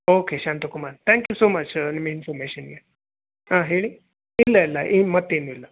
okay Shanthakumar thank you so much ನಿಮ್ಮ ಇನ್ಫೊಮೇಷನ್ಗೆ ಹೇಳಿ ಇಲ್ಲ ಇಲ್ಲ ಏನು ಮತ್ತೇನೂ ಇಲ್ಲ